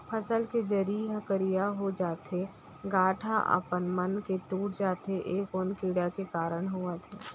फसल के जरी ह करिया हो जाथे, गांठ ह अपनमन के टूट जाथे ए कोन कीड़ा के कारण होवत हे?